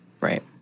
right